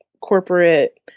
corporate